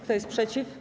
Kto jest przeciw?